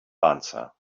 answer